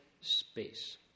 space